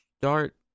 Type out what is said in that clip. start